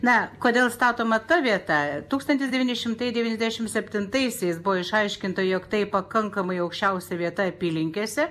na kodėl statoma ta vieta tūkstantis devyni šimtai devyniasdešimt septintaisiais buvo išaiškinta jog tai pakankamai aukščiausia vieta apylinkėse